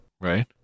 Right